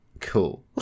Cool